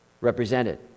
represented